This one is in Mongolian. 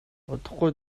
удахгүй